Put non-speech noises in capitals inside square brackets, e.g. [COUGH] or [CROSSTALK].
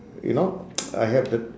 you know [NOISE] I have the